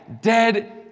Dead